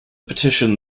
petition